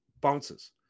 bounces